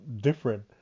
different